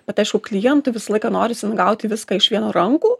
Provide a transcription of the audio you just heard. bet aišku klientui visą laiką norisi n gauti viską iš vieno rankų